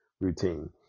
routine